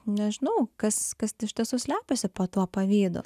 nežinau kas kas iš tiesų slepiasi po tuo pavydu